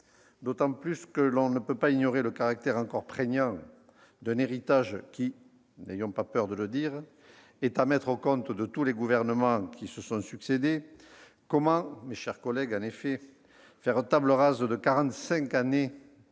d'autant que l'on ne peut pas ignorer le caractère encore prégnant d'un héritage qui, n'ayons pas peur de le dire, est à mettre au compte de tous les gouvernements qui se sont succédé. En effet, comment, mes chers collègues, faire table rase de quarante-cinq